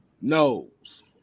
knows